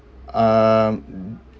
um